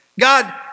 God